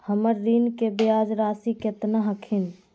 हमर ऋण के ब्याज रासी केतना हखिन?